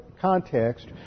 context